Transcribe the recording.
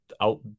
out